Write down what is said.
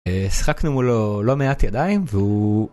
שיחקנו מולו לא מעט ידיים והוא...